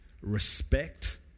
respect